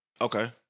Okay